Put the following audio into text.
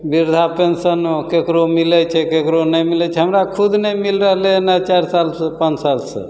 बिरधा पेन्शनो ककरो मिलै छै ककरो नहि मिलै छै हमरा खुद नहि मिलि रहलै हँ आइ चारि सालसे पाँच सालसे